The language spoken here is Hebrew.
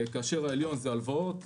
כאשר העליון זה הלוואות,